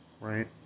right